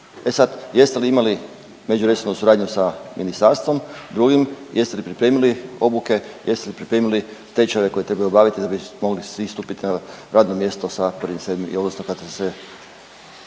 E sad, jeste li imali međuresornu suradnju sa ministarstvom drugim, jeste li pripremili obuke, jeste li pripremili tečajeve koje trebaju obaviti da bi mogli svi stupiti na radno mjesto sa 1.7. …/Govornik se ne